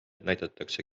näidatakse